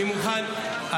אני מוכן,